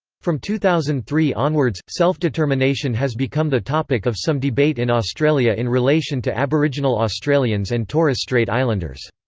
from two thousand and three onwards, self-determination has become the topic of some debate in australia in relation to aboriginal australians and torres strait islanders.